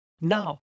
Now